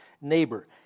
neighbor